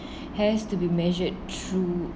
has to be measured through